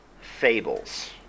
fables